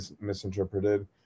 misinterpreted